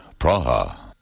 Praha